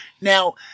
Now